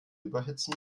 überhitzen